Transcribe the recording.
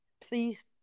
please